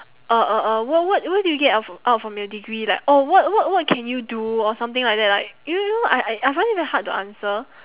uh uh uh what what what did you get out from out from your degree like or what what what can you do or something like that like you know I I find it very hard to answer